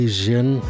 Asian